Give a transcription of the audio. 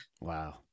Wow